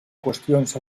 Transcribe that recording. qüestions